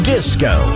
Disco